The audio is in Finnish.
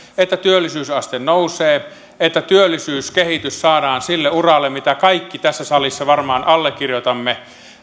että työllisyysaste nousee että työllisyyskehitys saadaan sille uralle mitä kaikki tässä salissa varmaan allekirjoitamme